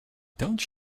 don’t